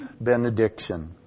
benediction